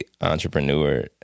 entrepreneur